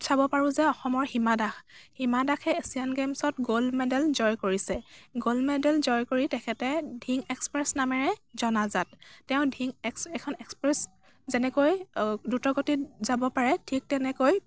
চাব পাৰোঁ যে অসমৰ হিমা দাস হিমা দাসে এচিয়ান গেমচত গ'ল্ড মেডেল জয় কৰিছে গ'ল্ড মেডেল জয় কৰি তেখেতে ধিং এক্সপ্ৰেছ নামেৰে জনাজাত তেওঁ ধিং এক্স এখন এক্সপ্ৰেছ যেনেকৈ দ্ৰুতগতিত যাব পাৰে ঠিক তেনেকৈ